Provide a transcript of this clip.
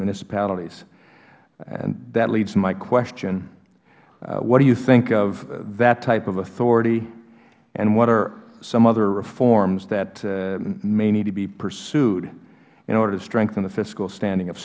municipalities that lead to my question what do you think of that type of authority and what are some other reforms that may need to be pursued in order to strengthen the fiscal standing of